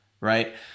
right